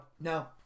No